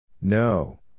No